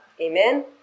Amen